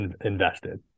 invested